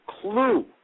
clue